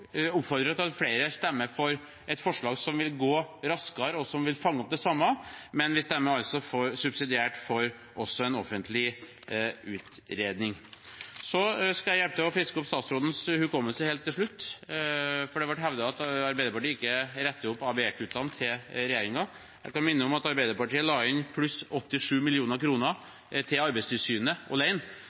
gå raskere, og som vil fange opp det samme, men vi stemmer subsidiært for også en offentlig utredning. Helt til slutt skal jeg hjelpe til med å friske opp statsrådens hukommelse, for det ble hevdet at Arbeiderpartiet ikke retter opp regjeringens ABE-kutt. Jeg kan minne om at Arbeiderpartiet la inn pluss 87 mill. kr til Arbeidstilsynet